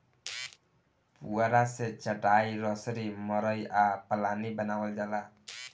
पुआरा से चाटाई, रसरी, मड़ई आ पालानी बानावल जाला